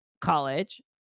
college